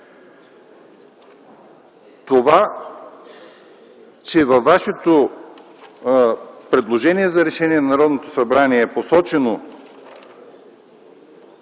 Това, че във вашето предложение за решение на Народното събрание е посочено